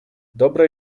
dobra